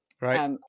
right